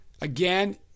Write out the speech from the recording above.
Again